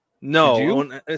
No